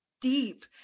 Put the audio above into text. deep